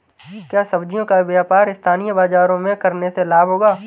क्या सब्ज़ियों का व्यापार स्थानीय बाज़ारों में करने से लाभ होगा?